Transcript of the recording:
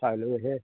চাই লৈ হে